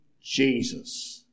Jesus